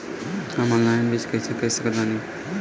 हम ऑनलाइन बीज कइसे खरीद सकत बानी?